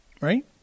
right